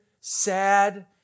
sad